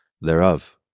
thereof